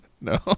No